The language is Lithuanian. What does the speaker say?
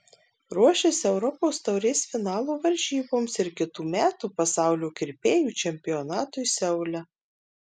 ruošis europos taurės finalo varžyboms ir kitų metų pasaulio kirpėjų čempionatui seule